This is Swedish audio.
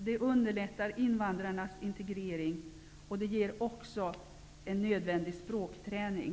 Det underlättar invandrarnas integrering, och det ger också en nödvändig språkträning.